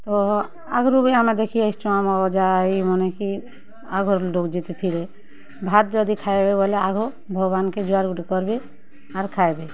ତ ଆଗ୍ରୁ ବି ଆମେ ଦେଖିଆସିଛୁଁ ଆମର୍ ଅଜା ଆଈମାନେ କି ଆଗ୍ର୍ ଲୋକ୍ ଯେତେଥିଲେ ଭାତ୍ ଯଦି ଖାଏବେ ବେଲେ ଆଗ ଭଗବାନ୍ କେ ଜୁହାର୍ ଗୁଟେ କର୍ବେ ଆର୍ ଖାଏବେ